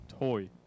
toy